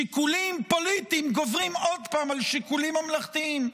שיקולים פוליטיים גוברים עוד פעם על שיקולים ממלכתיים.